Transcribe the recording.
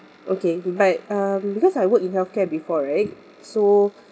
okay but um because I work in healthcare before right so